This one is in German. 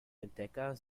entdecker